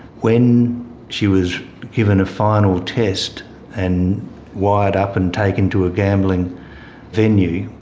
when she was given a final test and wired up and taken to a gambling venue,